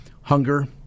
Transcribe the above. hunger